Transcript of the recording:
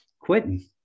quitting